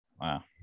Wow